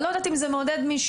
אני לא יודעת אם זה מעודד מישהו,